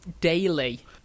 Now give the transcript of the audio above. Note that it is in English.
daily